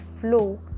flow